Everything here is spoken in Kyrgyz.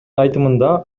айтымында